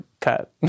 cut